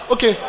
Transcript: Okay